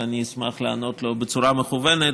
ואשמח לענות לו בצורה מכוונת.